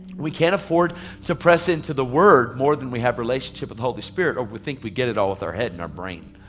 we can't afford to press into the word more than we have relationship with the holy spirit, or we think we get it all with our head and our brain.